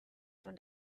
from